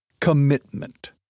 commitment